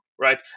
right